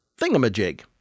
thingamajig